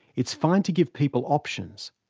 it's fine to give people options.